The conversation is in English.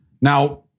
Now